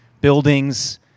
buildings